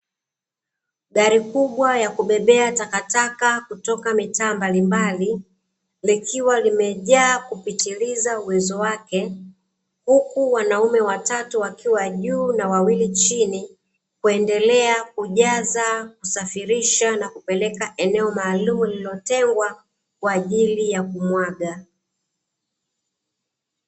Gari kubwa ya kubebea takataka kutokea mitaa mbalimbali likiwa limejaa kupitiliza uwezo wake huku wanaume watatu wakiwa juu na wawili chini kuendelea kujaza, kusafirisha, na kupeleka eneo maalumu lililotengwa kwa ajili ya kumwaga.